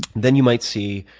then you might see,